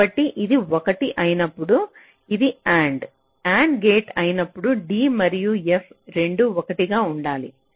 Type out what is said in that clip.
కాబట్టి ఇది 1 అయినప్పుడు ఇది AND AND గేట్ అయినప్పుడు d మరియు f రెండూ 1 గా ఉండాలి